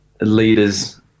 leaders